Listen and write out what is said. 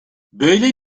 böyle